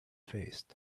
faced